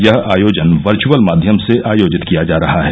यह आयोजन वर्चुअल माध्यम से आयोजित किया जा रहा है